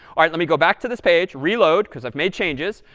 all right. let me go back to this page, reload, because i've made changes.